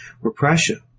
repression